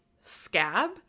scab